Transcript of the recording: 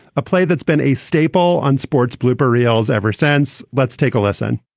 a play that's been a staple on sports blooper reels ever since. let's take a lesson